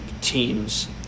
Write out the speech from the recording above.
teams